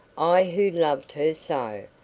i who loved her so,